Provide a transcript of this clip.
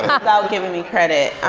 um without giving me credit.